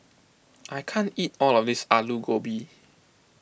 I can't eat all of this Aloo Gobi